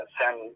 send